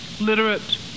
literate